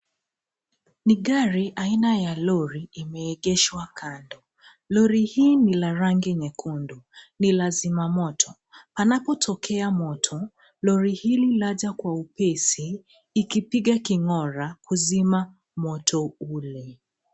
Ni gari aina ya lori imeegeshwa kando. Lori hii ni la rangi nyekundu. Ni la zimamoto. Panapo tokea moto, lori hili laja kwa upesi ikipiga king'ora, kuzima moto ule.